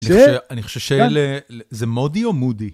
אני חושב שאלה, זה מודי או מודי?